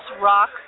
rock